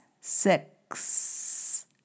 six